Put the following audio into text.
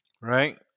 right